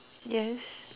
yes